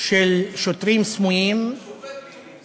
של שוטרים סמויים, השופט טיבי.